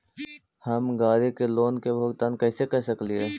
हम गाड़ी के लोन के भुगतान कैसे कर सकली हे?